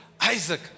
Isaac